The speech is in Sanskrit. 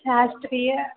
शास्त्रीय